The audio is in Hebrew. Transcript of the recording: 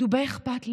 דובי אכפת לי,